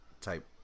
type